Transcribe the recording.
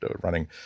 running